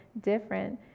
different